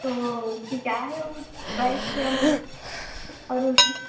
تو اس کی کیا ہے وہ پرائز کیا ہے اور اس